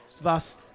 Thus